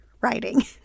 writing